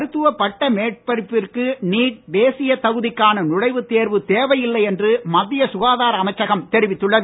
மருத்துவ பட்ட மேற்படிப்பிற்கு நீட் தேசிய தகுதிக்கான் நுழைவுத் தேர்வு தேவையில்லை என்று மத்திய சுகாதார அமைச்சகம் தெரிவித்துள்ளது